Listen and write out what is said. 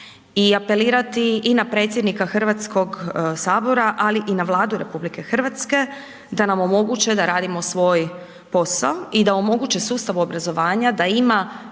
i apelirati na predsjednika Hrvatskog sabora ali i na Vladu RH da nam omoguće da radimo svoj posao i da omoguće sustavu obrazovanja da ima